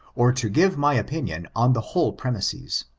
or to give my opinion on the whole premises.